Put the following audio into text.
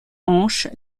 hanches